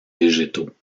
végétaux